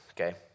okay